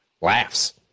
laughs